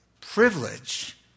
privilege